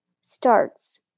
starts